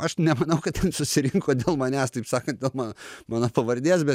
aš nemanau kad ten susirinko dėl manęs taip sakant dėl mano mano pavardės bet